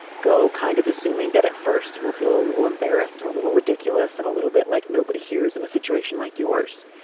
go kind of assuming that at first you will feel a little embarrassed and a little ridiculous and a little bit like nobody here is in a situation like yours.